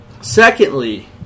Secondly